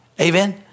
Amen